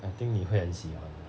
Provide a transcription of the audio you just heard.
I think 你会很